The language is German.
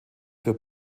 für